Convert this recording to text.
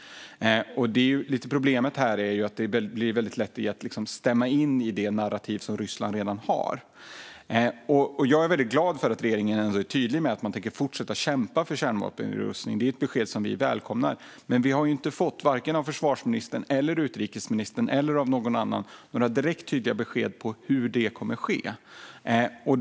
Problemet är att det är väldigt lätt att stämma in i det narrativ som Ryssland redan har. Jag är glad för att regeringen är tydlig med att man tänker fortsätta kämpa för kärnvapennedrustning. Det är ett besked som vi vänsterpartister välkomnar, men varken försvarsministern, utrikesministern eller någon annan har gett några tydliga besked om hur det kommer att ske.